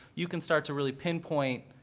you can start to really pinpoint,